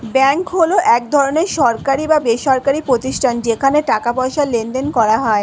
bank হলো এক ধরনের সরকারি বা বেসরকারি প্রতিষ্ঠান যেখানে টাকা পয়সার লেনদেন করা যায়